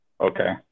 Okay